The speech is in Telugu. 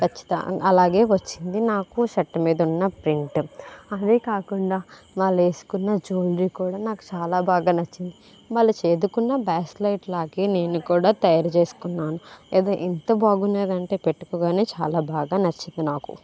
ఖచ్చితంగా అలాగే వచ్చింది నాకు షర్ట్ మీద ఉన్న ప్రింట్ అదే కాకుండా వాళ్ళేసుకున్న జ్యువలరీ కూడా నాకు చాలా బాగా నచ్చింది వాళ్ళ చేతికున్న బ్రాస్లైట్ లాగే నేను కూడా తయారు చేసుకున్నాను అది ఎంత బాగున్నదంటే పెట్టుకోగానే చాలా బాగా నచ్చింది నాకు